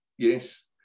Yes